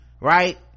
right